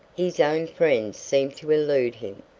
his own friends seemed to elude him,